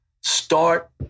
start